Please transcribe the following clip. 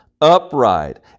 upright